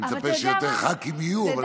אני מצפה שיותר ח"כים יהיו.